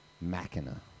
Machina